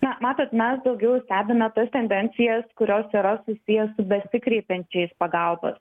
na matot mes daugiau stebime tas tendencijas kurios yra susiję su besikreipiančiais pagalbos